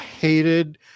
hated